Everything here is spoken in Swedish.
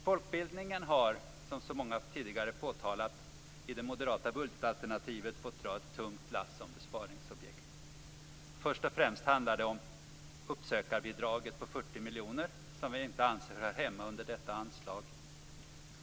Folkbildningen har - som så många tidigare har påpekat - i det moderata budgetalternativet fått dra ett tungt lass som besparingsobjekt. Först och främst handlar det om uppsökarbidraget på 40 miljoner som vi inte anser hör hemma under detta anslag.